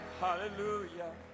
hallelujah